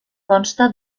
consta